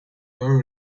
were